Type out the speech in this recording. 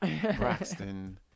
braxton